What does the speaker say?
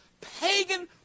pagan